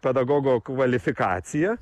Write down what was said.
pedagogo kvalifikaciją